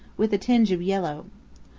with a tinge of yellow.